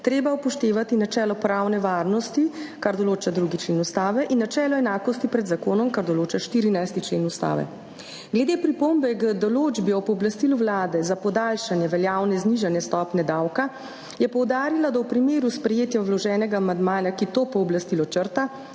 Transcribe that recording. treba upoštevati načelo pravne varnosti, kar določa 2. člen Ustave, in načelo enakosti pred zakonom, kar določa 14. člen Ustave. Glede pripombe k določbi o pooblastilu Vlade za podaljšanje veljavne znižane stopnje davka je poudarila, da v primeru sprejetja vloženega amandmaja, ki to pooblastilo črta,